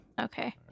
Okay